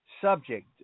subject